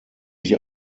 sich